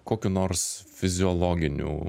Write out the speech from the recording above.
kokių nors fiziologinių